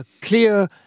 clear